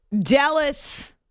Dallas